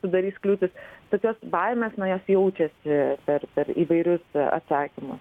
sudarys kliūtis tokios baimės na jos jaučiasi per per įvairius atsakymus